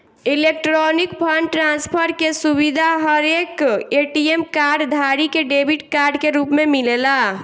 electronic fund transfer के सुविधा हरेक ए.टी.एम कार्ड धारी के डेबिट कार्ड के रूप में मिलेला